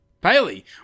Bailey